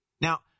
Now